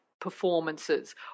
performances